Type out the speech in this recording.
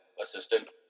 assistant